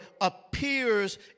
appears